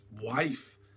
wife